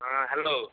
ହଁ ହେଲୋ